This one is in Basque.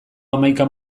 hamaika